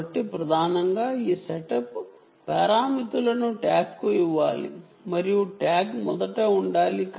కాబట్టి ప్రధానంగా ఈ పారామితులను ట్యాగ్కు ఇవ్వాలి మరియు ట్యాగ్ మొదట ఉండాలి